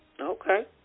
Okay